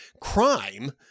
crime